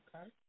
okay